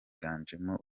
byiganjemo